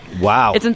Wow